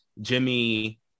Jimmy